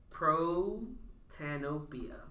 Pro-tanopia